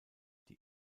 die